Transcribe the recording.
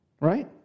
Right